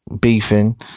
beefing